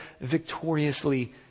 victoriously